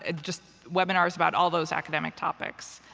ah just webinars about all those academic topics.